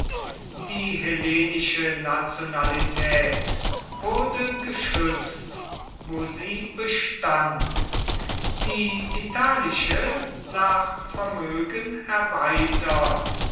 die hellenische nationalität wurde geschützt wo sie bestand die italische nach vermögen erweitert